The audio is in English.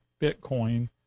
Bitcoin